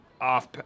off